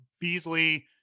Beasley